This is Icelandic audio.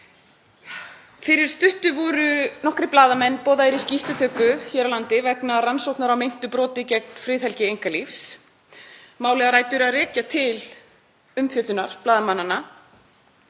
Fyrir stuttu voru nokkrir blaðamenn boðaðir í skýrslutöku hér á landi vegna rannsóknar á meintum brotum gegn friðhelgi einkalífs. Málið á rætur að rekja til umfjöllunar blaðamannanna